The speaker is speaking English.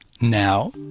Now